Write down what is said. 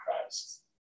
Christ